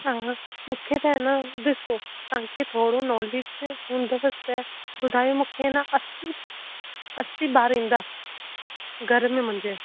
अच्छा मूंख़े त न ॾिसो तव्हांखे थोरो नॉलेज हूंदुव त ॿुधायो मूंखे अञा असी असी ॿार ईंदा घर में मुंहिंजे